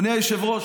אדוני היושב-ראש,